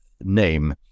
name